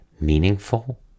meaningful